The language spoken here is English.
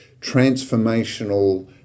transformational